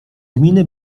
gminy